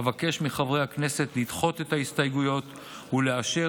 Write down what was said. אבקש מחברי הכנסת לדחות את ההסתייגויות ולאשר